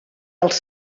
els